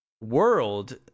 world